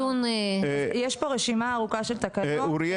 יש פה רשימה ארוכה של תקנות,